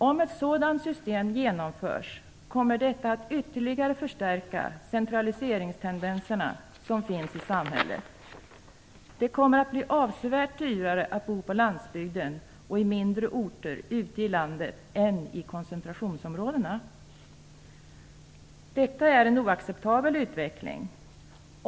Om ett sådant system genomförs kommer det att ytterligare förstärka centraliseringstendenserna som finns i samhället. Det kommer att bli avsevärt dyrare att bo på landsbygden och på mindre orter ute i landet än i koncentrationsområdena. Detta är en oacceptabel utveckling.